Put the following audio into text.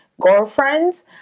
girlfriends